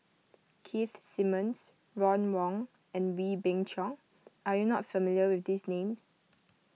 Keith Simmons Ron Wong and Wee Beng Chong are you not familiar with these names